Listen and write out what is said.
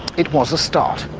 it was a start.